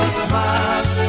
smile